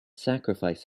sacrifice